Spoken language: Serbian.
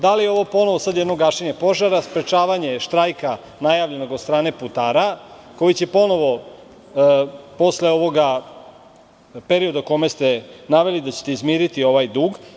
Da li je ovo ponovo sad jedno gašenje požara, sprečavanje štrajka najavljenog od strane putara, koji će ponovo posle ovoga perioda u kojem ste naveli da ćete izmiriti ovaj dug?